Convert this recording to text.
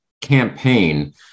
campaign